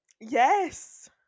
Yes